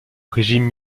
régime